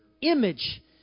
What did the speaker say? Image